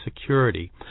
security